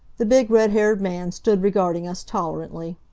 the big, red-haired man stood regarding us tolerantly.